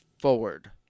forward